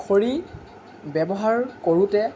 খৰি ব্যৱহাৰ কৰোঁতে